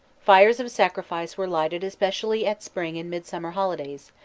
fires of sacrifice were lighted especially at spring and midsummer holidays,